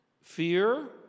fear